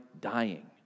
dying